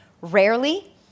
rarely